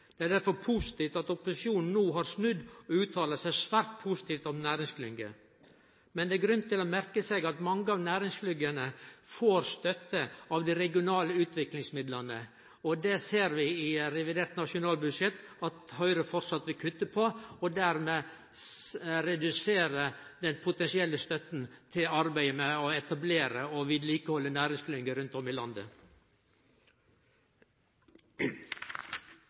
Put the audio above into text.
Det er derfor positivt at opposisjonen no har snudd og uttaler seg svært positivt om næringsklyngjer. Men det er grunn til å merke seg at mange av næringsklyngjene får støtte frå dei regionale utviklingsmidlane, og her ser vi i revidert nasjonalbudsjett at Høgre framleis vil kutte, og dermed redusere den potensielle støtta til arbeidet med å etablere og vedlikehalde næringsklyngjene rundt om i landet.